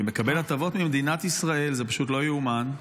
שמקבל הטבות ממדינת ישראל, זה פשוט לא ייאמן.